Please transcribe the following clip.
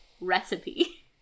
recipe